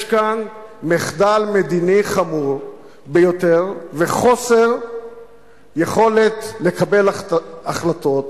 יש כאן מחדל מדיני חמור ביותר וחוסר יכולת לקבל החלטות